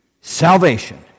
salvation